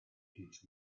teach